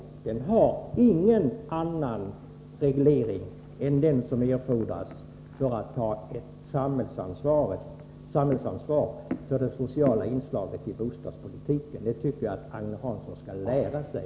Bostadspolitiken har ingen annan reglering än den som erfordras för att samhällsansvaret för det sociala inslaget skall kunna tas. Det tycker jag att Agne Hansson skall lära sig.